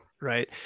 Right